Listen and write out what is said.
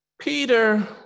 peter